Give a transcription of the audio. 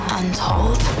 untold